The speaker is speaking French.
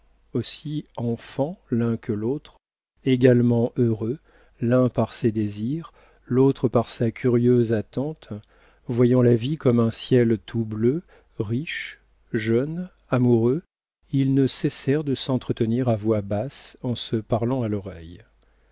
aussi enfants l'un que l'autre également heureux l'un par ses désirs l'autre par sa curieuse attente voyant la vie comme un ciel tout bleu riches jeunes amoureux ils ne cessèrent de s'entretenir à voix basse en se parlant à l'oreille